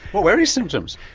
what were his symptoms?